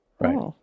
Right